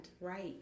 Right